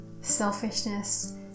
selfishness